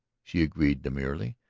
she agreed demurely.